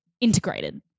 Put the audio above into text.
integrated